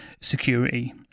security